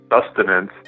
sustenance